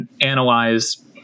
analyze